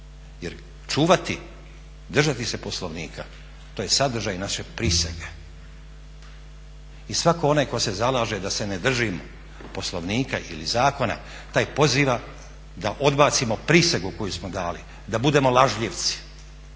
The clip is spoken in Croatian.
Jer čuvati, držati se Poslovnika to je sadržaj naše prisege i svatko onaj tko se zalaže da se ne držimo Poslovnika ili zakona taj poziva da odbacimo prisegu koju smo dali, da budemo lažljivci